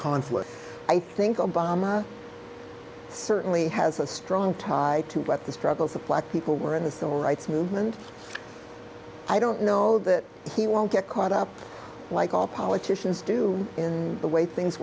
conflict i think obama certainly has a strong tie to the struggles that people were in the civil rights movement i don't know that he won't get caught up like all politicians do in the way things